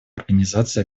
организации